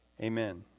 Amen